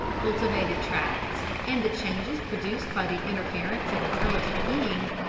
cultivated tracts, and the changes produced by the interference of intelligent beings,